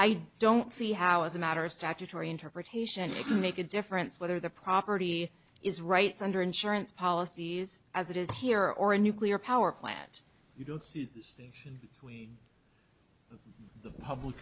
i don't see how as a matter of statutory interpretation you can make a difference whether the property is rights under insurance policies as it is here or a nuclear power plant you don't we the public